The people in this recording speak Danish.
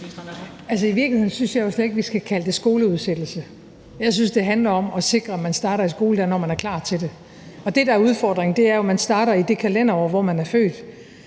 Altså, i virkeligheden synes jeg jo slet ikke, at vi skulle kalde det skoleudsættelse. Jeg synes, det handler om at sikre, at man starter i skole, når man er klar til det. Det, der er udfordringen, er jo, at man starter i det kalenderår, hvor man er født.